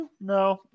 no